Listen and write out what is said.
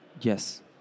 Yes